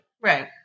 Right